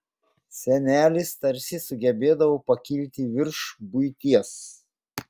senelis tarsi sugebėdavo pakilti virš buities